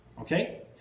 Okay